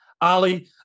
Ali